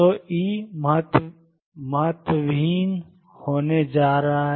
तो ई महत्वहीन होने जा रहा है